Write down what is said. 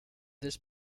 this